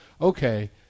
okay